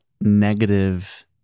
negative